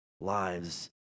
lives